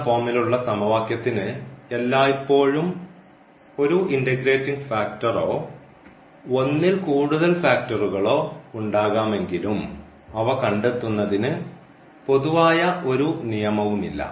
എന്ന ഫോമിലുള്ള സമവാക്യത്തിന് എല്ലായ്പ്പോഴും ഒരു ഇന്റഗ്രേറ്റിംഗ് ഫാക്ടറോ ഒന്നിൽ കൂടുതൽ ഫാക്ടറുകളോ ഉണ്ടാകാമെങ്കിലും അവ കണ്ടെത്തുന്നതിന് പൊതുവായ ഒരു നിയമവുമില്ല